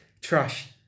trash